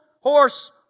horse